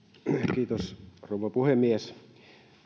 kiitos rouva puhemies